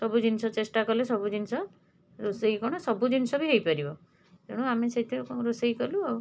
ସବୁ ଜିନଷ ଚେଷ୍ଟା କଲେ ସବୁ ଜିନଷ ରୋଷେଇ କ'ଣ ସବୁ ଜିନଷ ବି ହେଇପାରିବ ତେଣୁ ଆମେ ସେଥିରେ ରୋଷେଇ କଲୁ ଆଉ